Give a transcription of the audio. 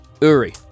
Uri